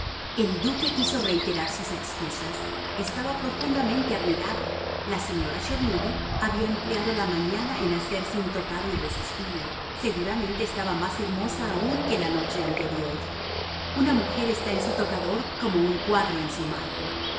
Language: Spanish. el duque quiso reiterar sus excusas estaba profundamente admirado la señora chermidy había empleado la mañana en hacerse un tocado irresistible seguramente estaba más hermosa aún que la noche anterior una mujer está en su tocador como un cuadro en su marco